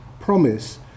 promise